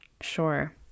Sure